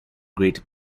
great